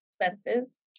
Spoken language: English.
expenses